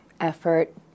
effort